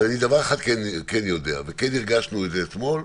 אבל דבר אחד אני כן יודע וכן הרגשנו את זה אתמול,